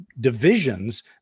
Divisions